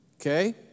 Okay